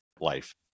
life